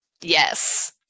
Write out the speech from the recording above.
Yes